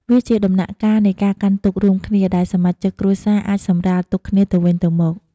វាជាដំណាក់កាលនៃ ការកាន់ទុក្ខ រួមគ្នា ដែលសមាជិកគ្រួសារអាចសម្រាលទុក្ខគ្នាទៅវិញទៅមក។